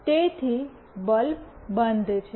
તેથી બલ્બ બંધ છે